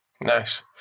Nice